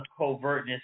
covertness